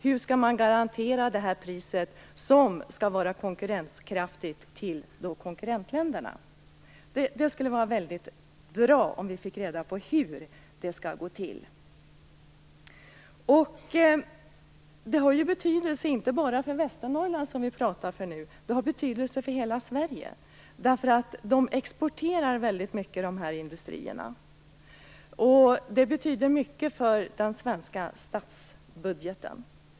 Hur skall man garantera detta pris som skall vara konkurrenskraftigt i förhållande till konkurrentländerna? Det skulle vara mycket bra om vi fick reda på hur det skall gå till? Det har inte bara betydelse för Västernorrland som vi nu pratar för, utan det har betydelse för hela Sverige. De här industrierna exporterar ju väldigt mycket och det betyder mycket för den svenska statsbudgeten.